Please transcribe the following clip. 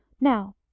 now